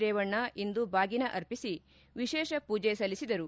ರೇವಣ್ಣ ಇಂದು ಬಾಗೀನ ಅರ್ಪಿಸಿ ವಿಶೇಷ ಪೂಜೆ ಸಲ್ಲಿಸಿದರು